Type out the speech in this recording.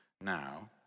now